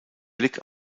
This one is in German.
blick